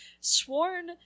sworn